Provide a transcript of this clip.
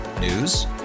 News